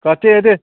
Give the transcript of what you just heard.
कतेक हेतै